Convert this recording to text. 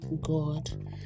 God